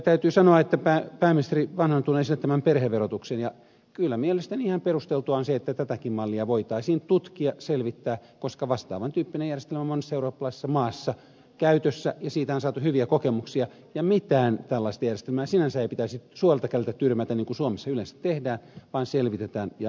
täytyy sanoa että pääministeri vanhanen on tuonut esille tämän perheverotuksen ja kyllä mielestäni ihan perusteltua on se että tätäkin mallia voitaisiin tutkia selvittää koska vastaavan tyyppinen järjestelmä on monessa eurooppalaisessa maassa käytössä ja siitä on saatu hyviä kokemuksia ja mitään tällaista järjestelmää sinänsä ei pitäisi suoralta kädeltä tyrmätä niin kuin suomessa yleensä tehdään vaan selvittää ja arvioida tilannetta